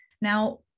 Now